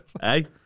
Hey